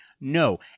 No